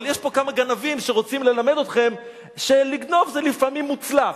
אבל יש פה כמה גנבים שרוצים ללמד אתכם שלגנוב זה לפעמים מוצלח.